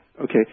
Okay